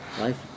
Life